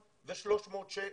זה סכום שצריך לשפר אותו.